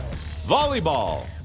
Volleyball